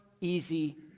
easy